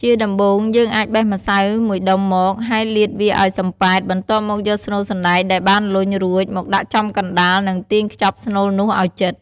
ជាដំបូង យើងអាចបេះម្សៅមួយដុំមក ហើយលាតវាឱ្យសំប៉ែត បន្ទាប់មកយកស្នូលសណ្ដែកដែលបានលញ់រួចមកដាក់ចំកណ្ដាល និងទាញខ្ចប់ស្នូលនោះឲ្យជិត។